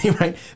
right